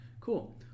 Cool